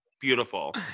Beautiful